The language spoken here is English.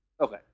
Okay